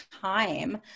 time